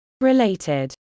Related